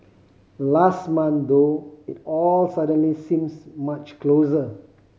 last month though it all suddenly seems much closer